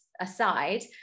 aside